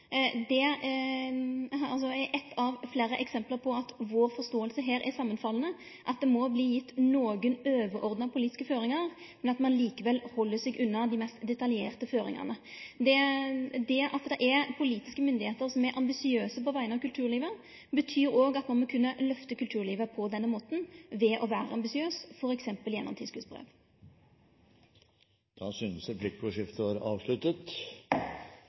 er eitt av fleire eksempel på at vår forståing her er samanfallande, at det må verte gjeve nokre overordna politiske føringar, men at ein likevel held seg unna dei mest detaljerte føringane. Det at det er politiske myndigheiter som er ambisiøse på vegner av kulturlivet, betyr òg at ein må kunne løfte kulturlivet på denne måten ved å vere ambisiøs, f.eks. gjennom tilskotsbrev. Replikkordskiftet er